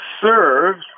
serves